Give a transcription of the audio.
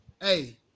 Hey